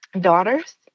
daughters